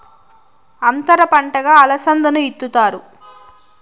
అంతర పంటగా అలసందను ఇత్తుతారు